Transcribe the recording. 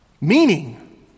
Meaning